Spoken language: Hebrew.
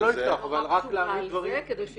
לא לפתוח אבל רק להעמיד דברים.